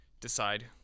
decide